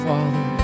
Father